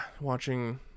watching